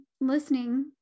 listening